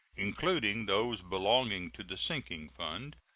including those belonging to the sinking fund.